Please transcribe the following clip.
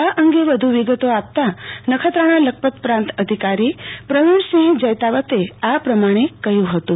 આ અંગે વધુ વિગતો આપતા નખત્રાણા લખપત પ્રાંત અધિકારી પ્રવિણસિંહ જૈતાવતે આ પ્રમાણે કહ્યું હતું